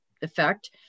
effect